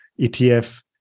etf